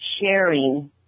sharing